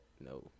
No